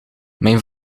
mijn